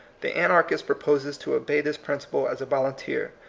the anarchist proposes to obey this principle as a volunteer,